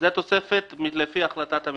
זו התוספת לפי החלטת הממשלה.